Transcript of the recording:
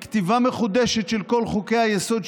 לכתיבה מחודשת של כל חוקי-היסוד,